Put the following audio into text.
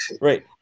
right